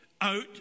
out